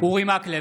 אורי מקלב,